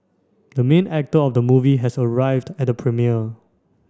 the main actor of the movie has arrived at the premiere